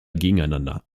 gegeneinander